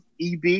EB